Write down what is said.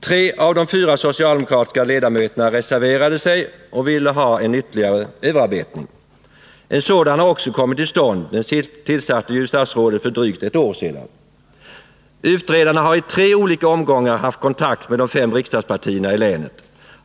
Tre av de fyra socialdemokratiska ledamöterna reserverade sig och ville ha en ytterligare överarbetning. En sådan har också kommit till stånd — den tillsatte ju statsrådet för drygt ett år sedan. Utredarna har i tre olika omgångar haft kontakt med de fem riksdagspartierna i länet.